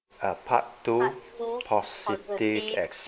uh part two positive ex~